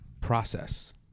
process